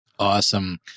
Awesome